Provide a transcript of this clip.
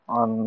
on